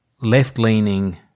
left-leaning